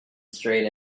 straight